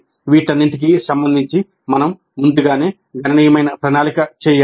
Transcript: వీటన్నిటికీ సంబంధించి మనం ముందుగానే గణనీయమైన ప్రణాళిక చేయాలి